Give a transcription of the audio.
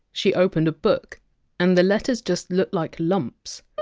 she opened a book and the letters just looked like lumps.